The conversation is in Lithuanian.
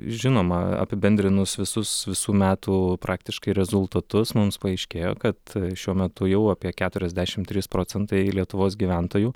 žinoma apibendrinus visus visų metų praktiškai rezultatus mums paaiškėjo kad šiuo metu jau apie keturiasdešimt trys procentai lietuvos gyventojų